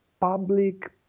public